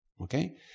Okay